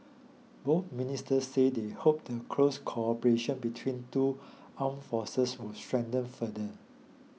both ministers said they hoped the close cooperation between two armed forces would strengthen further